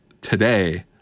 today